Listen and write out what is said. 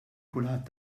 kulħadd